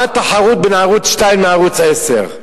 מה התחרות בין ערוץ-2 לערוץ-10?